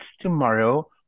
tomorrow